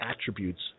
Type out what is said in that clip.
attributes